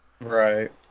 Right